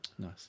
Nice